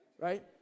right